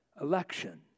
election